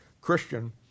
Christian